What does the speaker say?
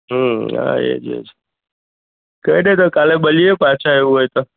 હં હા એજ એજ કંઈ નહીં તો કાલે મળીએ પાછાં એવું હોય તો